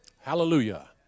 Hallelujah